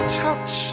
touch